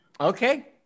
Okay